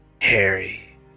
Harry